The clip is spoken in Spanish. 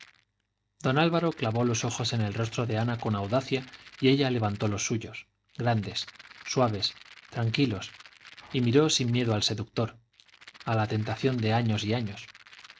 don álvaro clavó los ojos en el rostro de ana con audacia y ella levantó los suyos grandes suaves tranquilos y miró sin miedo al seductor a la tentación de años y años